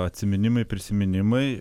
atsiminimai prisiminimai